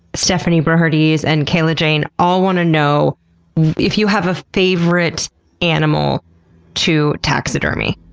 stephanie broertjes, and kayla jane all want to know if you have a favorite animal to taxidermy?